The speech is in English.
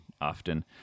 often